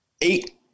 Eight